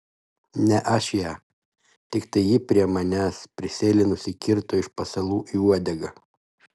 ne aš ją tiktai ji prie manęs prisėlinusi kirto iš pasalų į uodegą